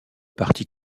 parti